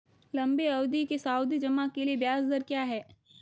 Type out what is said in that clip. लंबी अवधि के सावधि जमा के लिए ब्याज दर क्या है?